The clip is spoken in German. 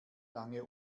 lange